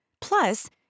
Plus